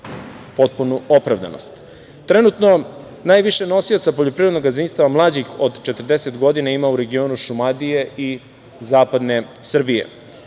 potpunu opravdanost. Trenutno najviše nosioca poljoprivrednog gazdinstva mlađih od 40 godina ima u regionu Šumadije i Zapadne Srbije.